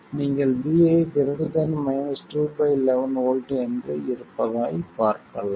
நீங்கள் vi 211 volt என்று இருப்பதாய் பார்க்கலாம்